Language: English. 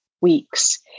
weeks